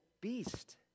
beast